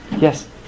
Yes